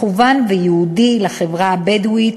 מכוון וייעודי לחברה הבדואית,